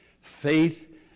Faith